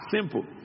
simple